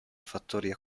fattoria